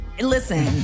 Listen